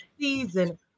season